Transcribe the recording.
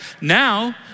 now